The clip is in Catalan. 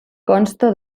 consta